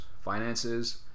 finances